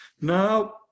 now